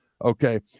Okay